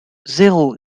zéro